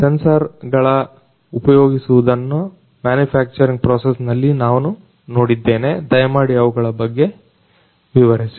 sensor ಗಳ ಉಪಯೋಗಿಸುವುದನ್ನ manufacturing ಪ್ರೊಸೆಸ್ನಲ್ಲಿ ನಾನು ನೋಡಿದ್ದೇನೆ ದಯಮಾಡಿ ಅವುಗಳ ಬಗ್ಗೆ ವಿವರಿಸಿ